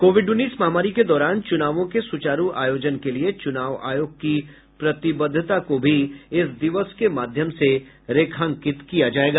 Covid उन्नीस महामारी के दौरान चुनावों के सुचारू आयोजन के लिए चुनाव आयोग की प्रतिबद्वता को भी इस दिवस के माध्यम से रेखांकित किया जाएगा